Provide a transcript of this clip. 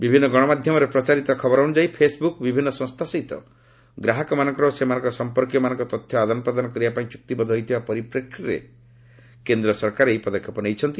ବିଭିନ୍ନ ଗଣମାଧ୍ୟମରେ ପ୍ରଚାରିତ ଖବର ଅନୁଯାୟୀ ଫେସ୍ବୁକ୍ ବିଭିନ୍ନ ସଂସ୍ଥା ସହିତ ଗ୍ରାହକମାନଙ୍କର ଓ ସେମାନଙ୍କର ସମ୍ପର୍କୀୟମାନଙ୍କ ତଥ୍ୟ ଆଦାନ ପ୍ରଦାନ କରିବା ପାଇଁ ଚୁକ୍ତିବଦ୍ଧ ହୋଇଥିବା ପରିପ୍ରେକ୍ଷୀରେ କେନ୍ଦ୍ର ସରକାର ଏହି ପଦକ୍ଷେପ ନେଇଛନ୍ତି